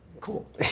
Cool